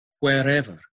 wherever